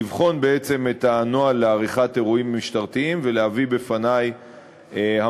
לבחון בעצם את הנוהל לעריכת אירועים משטרתיים ולהביא בפני המלצות.